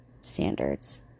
standards